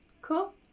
cool